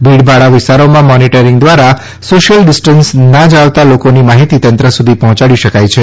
ભીડભાડવાળા વિસ્તારોમાં મોનીટરીંગ દ્વારા social distance ના જાળવતા લોકોની માહિતી તંત્ર સુધી પહોંચાડી શકાય છે